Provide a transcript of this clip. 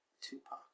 Tupac